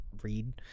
read